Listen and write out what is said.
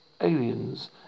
Aliens